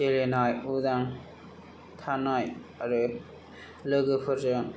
गेलेनाय उदां थानाय आरो लोगोफोरजों